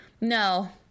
No